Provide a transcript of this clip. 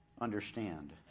understand